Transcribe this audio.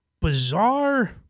bizarre